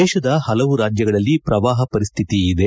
ದೇಶದ ಹಲವು ರಾಜ್ಯಗಳಲ್ಲಿ ಪ್ರವಾಹ ಪರಿಸ್ಥಿತಿ ಇದೆ